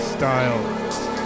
style